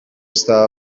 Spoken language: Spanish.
estaba